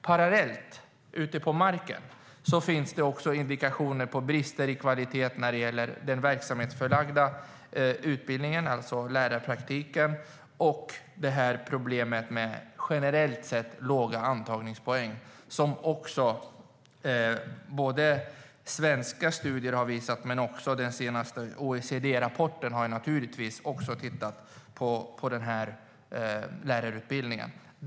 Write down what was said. Parallellt finns det också indikationer på brister i kvalitet när det gäller den verksamhetsförlagda utbildningen, alltså lärarpraktiken. Ett annat problem är de generellt sett låga antagningspoängen. Svenska studier och den senaste OECD-rapporten har visat detta när man tittat på lärarutbildningen.